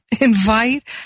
invite